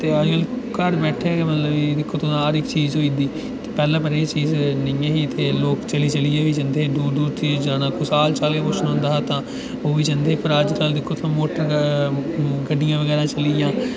ते अजकल घर बैठे दे मतलब कि दिक्खो तुस तां हर इक चीज होई जंदी पैह्लें पर एह् चीज नेईं ऐ ही ते लोक चली चलियै बी जंदे हे दूर दूर तक्कर जाना कुसै दा हाल चाल बी पुच्छना होंदा तां ओह्बी जंदे हे पर अजकल दिक्खो तां मोटरसाइकल गड्डियां बगैरा चली दियां